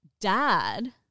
Dad